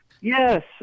Yes